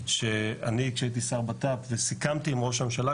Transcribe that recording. שאני כשהייתי שר בט"פ וסיכמתי עם ראש הממשלה,